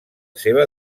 seva